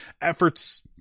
efforts